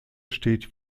steht